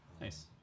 Nice